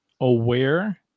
aware